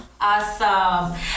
Awesome